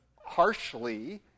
harshly